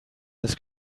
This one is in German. das